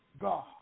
God